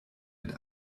mit